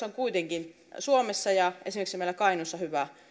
on kuitenkin suomessa ja esimerkiksi meillä kainuussa hyvä